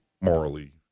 morally